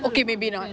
okay maybe not